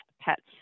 pets